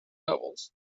levels